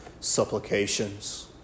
supplications